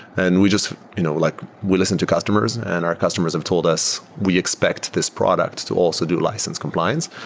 and we just you know like we listen to customers, and our customers have told us we expect this product to also do license compliance.